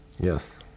Yes